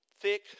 thick